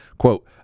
Quote